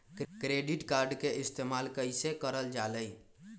Credit card के इस्तेमाल कईसे करल जा लई?